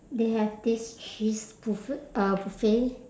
they have this cheese buffe~ uh buffet